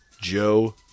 Joe